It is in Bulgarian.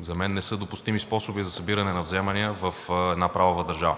за мен не са допустими способи за събиране на вземания в една правова държава,